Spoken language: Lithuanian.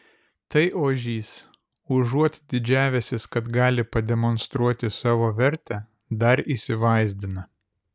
tai ožys užuot didžiavęsis kad gali pademonstruoti savo vertę dar įsivaizdina